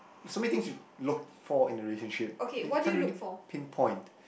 so many things to look for in a relationship they can't really pinpoint